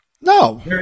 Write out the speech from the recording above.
No